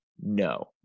No